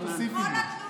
לא, אמרת שתוסיפי לי.